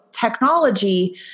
technology